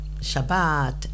Shabbat